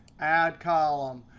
add column.